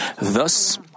Thus